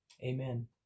amen